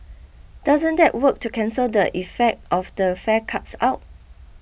doesn't that work to cancel the effect of the fare cuts out